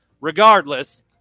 regardless